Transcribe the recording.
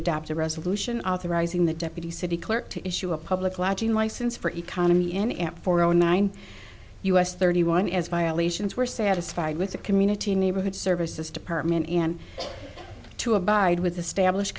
adopt a resolution authorizing the deputy city clerk to issue a public lodging license for economy and at four o nine us thirty one as violations were satisfied with the community neighborhood services department and to abide with the stablish